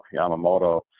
Yamamoto